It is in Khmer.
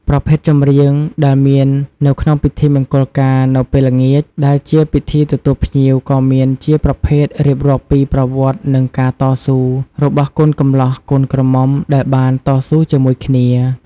ប្រភេទចម្រៀងដែលមាននៅក្នុងពិធីមង្កលការនៅពេលល្ងាចដែលជាពិធីទទួលភ្ញៀវក៏មានជាប្រភេទរៀបរាប់ពីប្រវត្តិនិងការតស៊ូរបស់កូនកម្លោះកូនក្រមុំដែលបានតស៊ូជាមួយគ្នា។